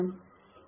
B0 0